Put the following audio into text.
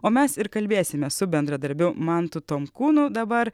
o mes ir kalbėsimės su bendradarbiu mantu tonkūnu dabar